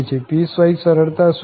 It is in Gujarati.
પીસવાઈસ સરળતા શું છે